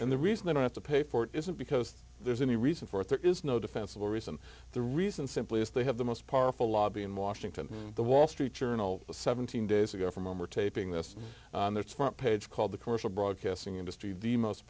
and the reason they don't have to pay for it isn't because there's any reason for it there is no defensible reason the reason simply is they have the most powerful lobby in washington the wall street journal the seventeen days ago for member taping this it's front page called the commercial broadcasting industry the most